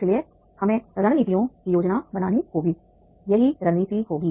इसलिए हमें रणनीतियों की योजना बनानी होगी यही रणनीति होगी